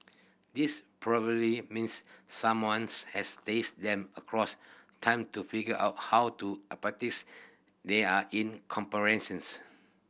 this probably means someones has taste them across time to figure out how to they are in comparisons